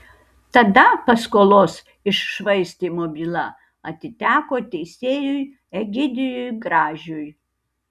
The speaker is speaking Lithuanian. tada paskolos iššvaistymo byla atiteko teisėjui egidijui gražiui